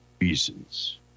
reasons